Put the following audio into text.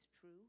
true